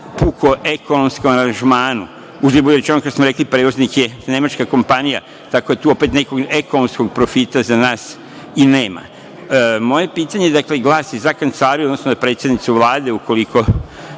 pukom ekonomskom aranžmanu, uzimajući ono kad smo rekli prevoznik je nemačka kompanija, opet nekog ekonomskog profita za nas i nema. Moje pitanje glasi za Kancelariju, odnosno za predsednicu Vlade ukoliko